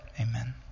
amen